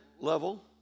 level